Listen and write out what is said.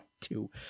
Two